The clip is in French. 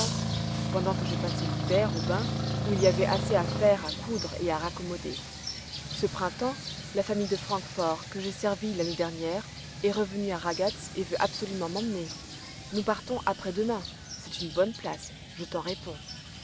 pendant que je passais l'hiver aux bains où il y avait assez à faire à coudre et à raccommoder ce printemps la famille de francfort que j'ai servie l'année dernière est revenue à ragatz et veut absolument m'emmener nous partons après-demain c'est une bonne place je t'en réponds